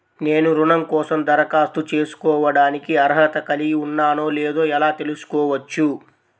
నేను రుణం కోసం దరఖాస్తు చేసుకోవడానికి అర్హత కలిగి ఉన్నానో లేదో ఎలా తెలుసుకోవచ్చు?